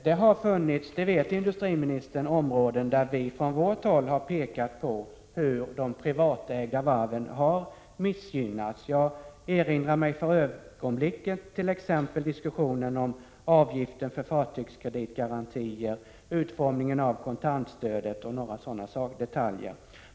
Industriministern vet att det har funnits områden, som vi folkpartister har pekat på, där de privatägda varven har missgynnats. Jag erinrar migt.ex. diskussionen om avgiften för fartygskreditgarantier, utformningen av kontantstödet och några fler sådana sakdetaljer.